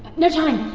no time!